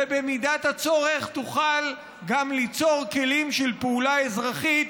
ובמידת הצורך תוכל גם ליצור כלים של פעולה אזרחית,